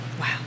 Wow